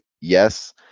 Yes